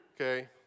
Okay